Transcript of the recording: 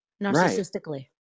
narcissistically